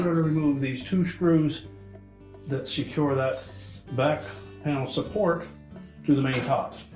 remove these two screws that secure that back panel support to the main top.